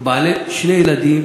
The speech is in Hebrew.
בעלות שני ילדים